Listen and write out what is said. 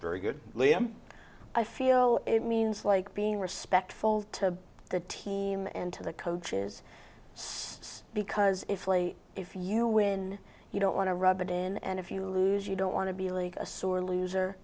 very good liam i feel it means like being respectful to the team and to the coaches because if you win you don't want to rub it in and if you lose you don't want to be like a sore loser